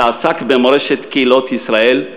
שעסק במורשת קהילות ישראל,